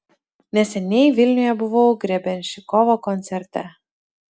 neseniai vilniuje buvau grebenščikovo koncerte